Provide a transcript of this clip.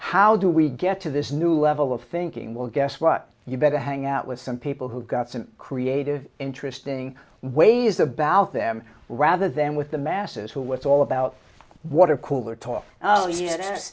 how do we get to this new level of thinking well guess what you better hang out with some people who've got some creative interesting ways about them rather than with the masses who was all about water cooler talk oh